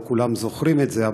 לא כולם זוכרים את זה,